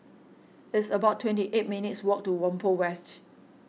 it's about twenty eight minutes walk to Whampoa West